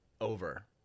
over